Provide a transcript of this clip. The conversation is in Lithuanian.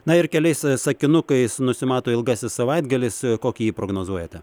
na ir keliais sakinukais nusimato ilgasis savaitgalis kokį prognozuojate